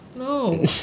No